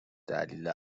دلیل